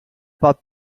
bought